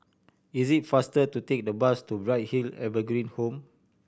is it faster to take the bus to Bright Hill Evergreen Home